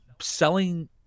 selling